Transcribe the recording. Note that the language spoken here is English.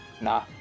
Nah